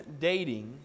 dating